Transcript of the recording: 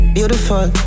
Beautiful